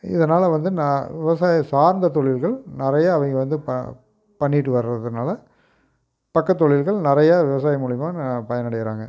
இதனால வந்து நான் விவசாயம் சார்ந்த தொழில்கள் நிறையா அவங்க வந்து பண்ணிகிட்டு வரதுனால் பக்க தொழில்கள் நிறையா விவசாயம் மூலியமாக பயன் அடையிறாங்க